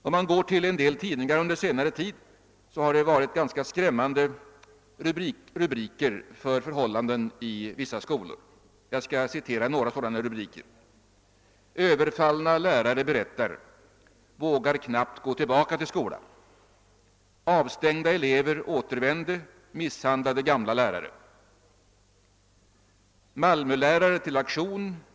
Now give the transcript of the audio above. Om man går till en del tidningar, finner man under senare tid ganska skrämmande rubriker som rör förhållandena i vissa skolor. Jag skall citera några sådana rubriker: >Överfallna lärare berättar: ”Vågar knappt gå tillbaka till skolan.> — »Avstängda elever återvände, misshandlade gamla lärare.« — »Malmölärare till aktion.